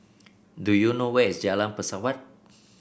do you know where is Jalan Pesawat